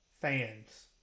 fans